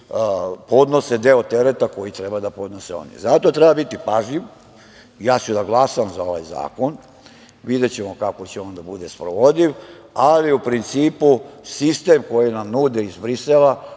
i podnose deo tereta koji treba da podnose oni. Zato treba biti pažljiv. Ja ću da glasam za ovaj zakon. Videćemo kako će on da bude sprovodljiv, ali u principu sistem koji nam nude iz Brisela